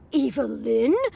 Evelyn